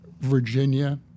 virginia